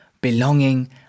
belonging